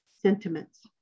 sentiments